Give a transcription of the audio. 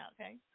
Okay